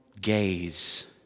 gaze